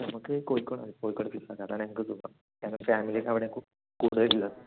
നമുക്ക് കോഴിക്കോടാണ് കോഴിക്കോട് ബിസിനസ്സാ അതാണ് ഞങ്ങൾക്ക് ഞങ്ങളുടെ ഫാമിലിക്കെ അവിടെ കൂടെ വരില്ല